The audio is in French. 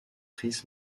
chris